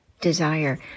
Desire